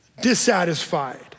Dissatisfied